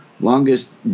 longest